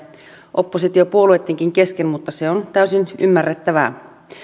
oppositiopuolueittenkin kesken mutta se on täysin ymmärrettävää